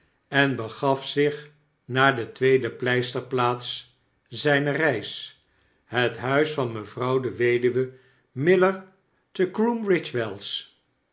en begaf zich naar de tweede pleisterplaats zyner reis het huis van mevrouw de weduwe miller te